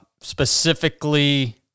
specifically